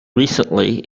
recently